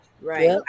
Right